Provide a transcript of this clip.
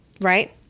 Right